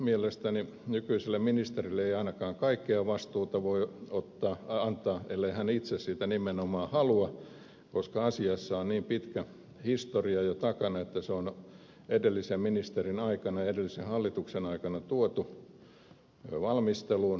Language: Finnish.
mielestäni nykyiselle ministerille ei ainakaan kaikkea vastuuta voi antaa ellei hän itse sitä nimenomaan halua koska asiassa on niin pitkä historia jo takana että se on edellisen ministerin ja edellisen hallituksen aikana tuotu valmisteluun